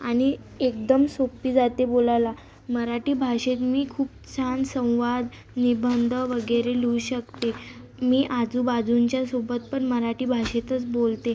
आणि एकदम सोपी जाते बोलायला मराठी भाषेत मी खूप छान संवाद निबंध वगैरे लिहू शकते मी आजूबाजूंच्या सोबत पण मराठी भाषेतच बोलते